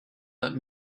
let